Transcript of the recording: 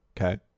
okay